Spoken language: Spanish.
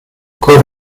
cono